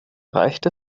reicht